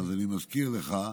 אני מזכיר לך,